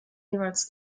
jeweils